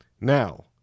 now